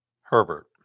Herbert